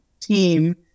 team